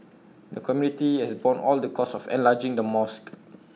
the community has borne all the costs of enlarging the mosque